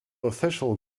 official